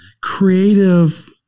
creative